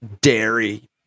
dairy